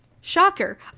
shocker